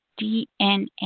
DNA